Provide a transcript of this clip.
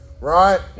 Right